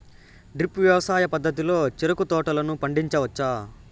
drip వ్యవసాయ పద్ధతిలో చెరుకు తోటలను పండించవచ్చా